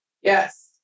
Yes